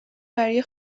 برای